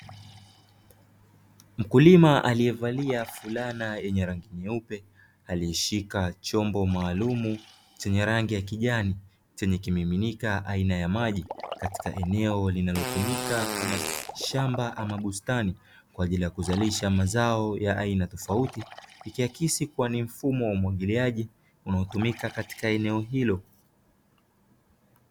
Mkulima aliyevalia fulana yenye rangi nyeupe, aliishika chombo maalum chenye rangi ya kijani chenye kimiminika aina ya maji katika eneo linalotumika kama shamba ama bustani kwa ajili ya kuzalisha mazao ya aina tofauti, ikiakisi kuwa ni mfumo wa umwagiliaji unaotumika katika eneo hilo.